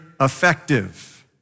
effective